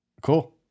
Cool